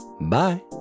Bye